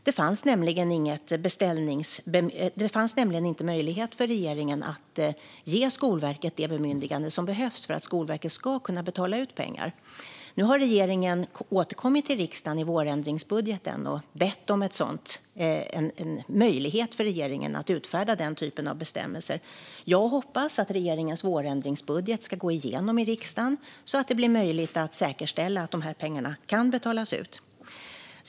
Det fanns nämligen inte möjlighet för regeringen att ge Skolverket det bemyndigande som behövs för att Skolverket ska kunna betala ut pengar. Nu har regeringen återkommit till riksdagen med vårändringsbudgeten och bett om en möjlighet för regeringen att utfärda den typen av bestämmelser. Jag hoppas att regeringens vårändringsbudget ska gå igenom i riksdagen så att det blir möjligt att säkerställa att de här pengarna kan betalas ut.